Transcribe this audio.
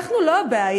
אנחנו לא הבעיה,